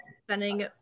spending